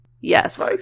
Yes